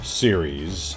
series